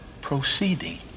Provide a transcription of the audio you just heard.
Proceeding